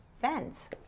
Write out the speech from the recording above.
fans